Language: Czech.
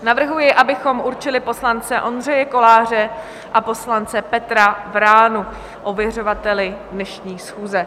Navrhuji, abychom určili poslance Ondřeje Koláře a poslance Petra Vránu ověřovateli dnešní schůze.